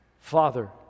Father